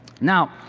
now,